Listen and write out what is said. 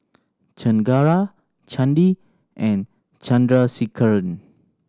Chengara Chandi and Chandrasekaran